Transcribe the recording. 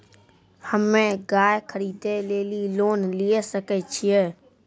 हम्मे गाय खरीदे लेली लोन लिये सकय छियै?